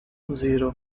zero